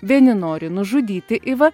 vieni nori nužudyti ivą